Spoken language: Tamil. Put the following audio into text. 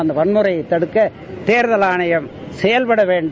அந்த வன்முறையை தடுக்க கேர்தல் ஆணையம் செயல்டவேண்டும்